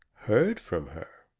heard from her?